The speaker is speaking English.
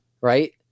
Right